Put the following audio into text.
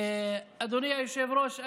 אדוני היושב-ראש,